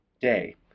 day